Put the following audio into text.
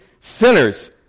sinners